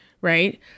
right